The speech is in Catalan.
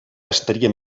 estaria